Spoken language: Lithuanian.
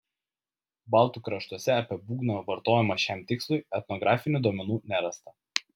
baltų kraštuose apie būgno vartojimą šiam tikslui etnografinių duomenų nerasta